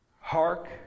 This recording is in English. Hark